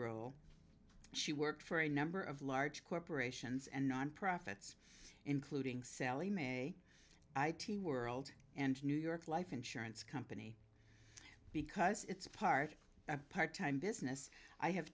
role she worked for a number of large corporations and nonprofits including sallie mae i t world and new york life insurance company because it's part a part time business i have